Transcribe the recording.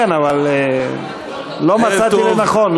כן, אבל לא מצאתי לנכון.